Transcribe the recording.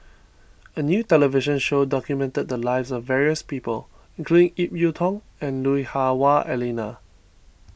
a new television show documented the lives of various people including Ip Yiu Tung and Lui Hah Wah Elena